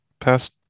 past